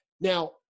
Now